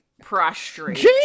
Prostrate